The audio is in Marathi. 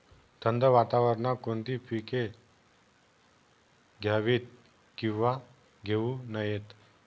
थंड वातावरणात कोणती पिके घ्यावीत? किंवा घेऊ नयेत?